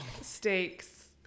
steaks